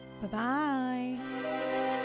Bye-bye